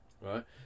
right